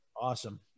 Awesome